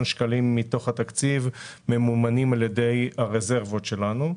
שקלים מתוך התקציב ממומנים על ידי הרזרבות שלנו.